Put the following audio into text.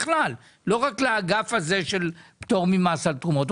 בכלל לא רק לאגף הזה של פתור ממס על תרומות,